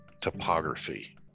topography